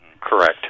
Correct